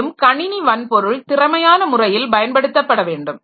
மேலும் கணினி வன்பொருள் திறமையான முறையில் பயன்படுத்தப்பட வேண்டும்